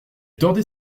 tordait